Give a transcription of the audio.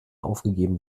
aufgegeben